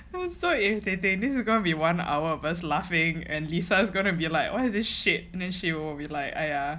so irritating this is gonna be one hour of us laughing and lisa is gonna be what is this shit and then she will be like !aiya!